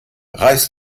reiß